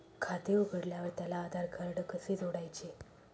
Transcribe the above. खाते उघडल्यावर त्याला आधारकार्ड कसे जोडायचे?